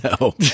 no